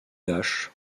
lâches